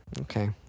Okay